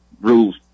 rules